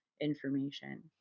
information